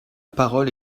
parole